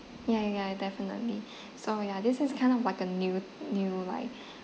ya ya ya definitely so ya this is kind of like a new new like